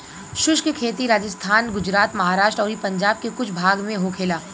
शुष्क खेती राजस्थान, गुजरात, महाराष्ट्र अउरी पंजाब के कुछ भाग में होखेला